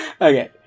Okay